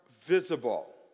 visible